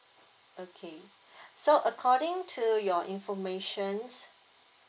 okay so according to your informations